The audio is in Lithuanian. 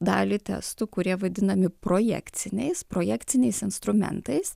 dalį testų kurie vadinami projekciniais projekciniais instrumentais